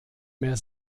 mehr